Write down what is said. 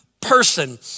person